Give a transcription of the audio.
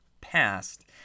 past